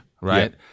right